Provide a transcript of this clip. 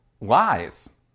lies